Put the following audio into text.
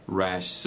rash